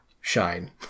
shine